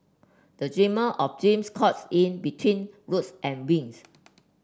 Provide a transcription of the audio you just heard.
a dreamer of dreams caught in between roots and wings